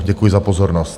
Děkuji za pozornost.